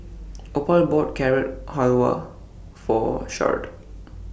Opal bought Carrot Halwa For Sharde